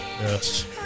Yes